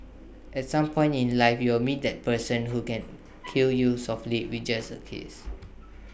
at some point in life you will meet that person who can kill you softly with just A kiss